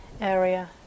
area